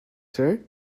sir